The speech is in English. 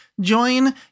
join